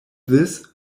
this